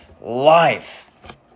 life